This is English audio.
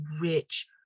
rich